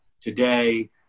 today